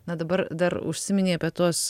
na dabar dar užsiminei apie tuos